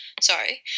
Sorry